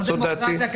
זאת לא דמוקרטיה,